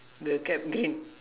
the cap green